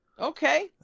Okay